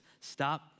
Stop